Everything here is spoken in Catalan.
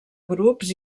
grups